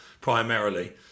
primarily